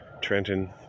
Trenton